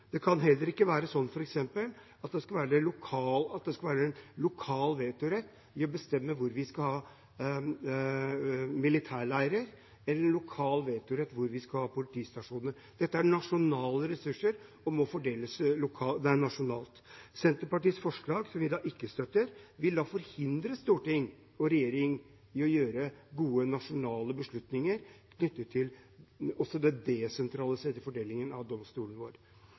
skal være lokal vetorett når det gjelder å bestemme hvor vi skal ha militærleirer eller politistasjoner. Dette er nasjonale ressurser og må fordeles nasjonalt. Senterpartiets forslag, som vi ikke støtter, vil forhindre storting og regjering i å ta gode nasjonale beslutninger knyttet til den desentraliserte fordelingen av